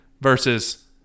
versus